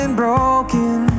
broken